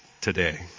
today